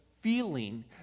feeling